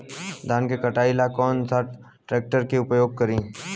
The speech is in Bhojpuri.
धान के कटाई ला कौन सा ट्रैक्टर के उपयोग करी?